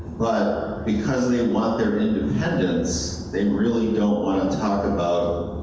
but because they want their independence, they really don't want to talk about,